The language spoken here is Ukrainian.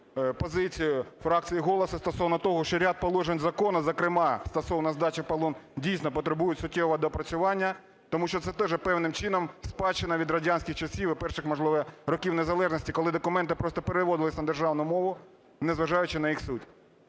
позицію фракції "Голос" стосовно того, що ряд положень закону, зокрема стосовно здачі в полон, дійсно, потребують суттєвого доопрацювання. Тому що це теж певним чином спадщина від радянських часів і перших, можливо, років незалежності, коли документи просто переводились на державну мову, незважаючи на їх суть.